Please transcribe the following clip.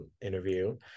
interview